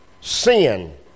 sin